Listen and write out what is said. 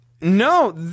no